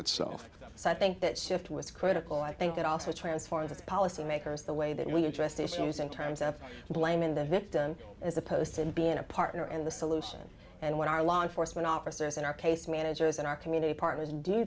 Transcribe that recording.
itself so i think that shift was critical i think that also transformed this policy makers the way that we addressed issues in terms of blaming the victim as opposed to being a partner in the solution and what our law enforcement officers in our case managers in our community partners